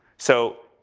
so,